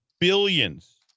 billions